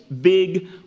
big